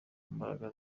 mbaraga